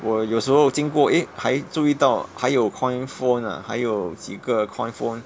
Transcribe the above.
我有时候经过 eh 还注意到还有 coin phone ah 还有几个 coin phone